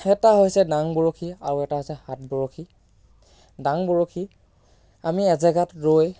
এটা হৈছে দাং বৰশী আৰু এটা হৈছে হাত বৰশী দাং বৰশী আমি এজেগাত ৰৈ